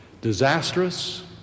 Disastrous